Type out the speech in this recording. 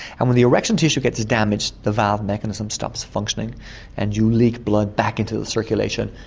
and when the erection tissue gets damaged the valve mechanism stops functioning and you leak blood back into the circulation.